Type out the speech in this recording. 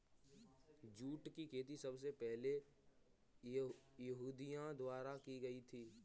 jute की खेती सबसे पहले यहूदियों द्वारा की गयी थी